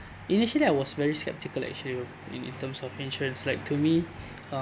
initially I was very skeptical actually you know in in terms of insurance like to me uh